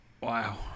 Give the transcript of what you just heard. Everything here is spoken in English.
Wow